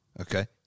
Okay